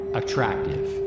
attractive